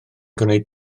gwneud